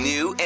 New